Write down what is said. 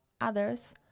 others